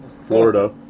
Florida